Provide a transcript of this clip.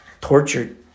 tortured